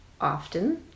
often